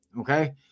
Okay